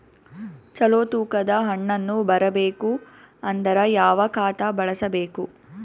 ಚಲೋ ತೂಕ ದ ಹಣ್ಣನ್ನು ಬರಬೇಕು ಅಂದರ ಯಾವ ಖಾತಾ ಬಳಸಬೇಕು?